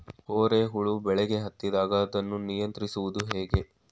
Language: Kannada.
ಕೋರೆ ಹುಳು ಬೆಳೆಗೆ ಹತ್ತಿದಾಗ ಅದನ್ನು ನಿಯಂತ್ರಿಸುವುದು ಹೇಗೆ?